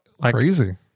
Crazy